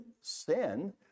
sin